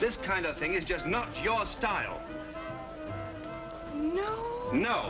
this kind of thing it's just not your style you kno